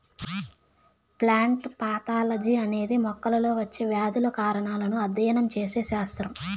plant pathology అనేది మొక్కల్లో వచ్చే వ్యాధుల కారణాలను అధ్యయనం చేసే శాస్త్రం